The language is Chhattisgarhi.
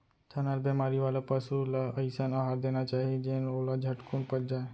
थनैल बेमारी वाला पसु ल अइसन अहार देना चाही जेन ओला झटकुन पच जाय